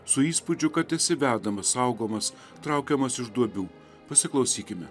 su įspūdžiu kad esi vedamas saugomas traukiamas iš duobių pasiklausykime